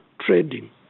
trading